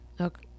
okay